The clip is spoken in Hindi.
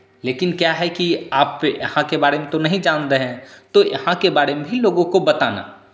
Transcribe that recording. लेकिन क्या है कि आप यहाँ के बारे में तो नहीं जान रहे हैं तो यहाँ के बारे में भी लोगों को बताना